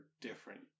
different